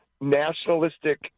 nationalistic